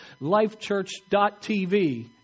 lifechurch.tv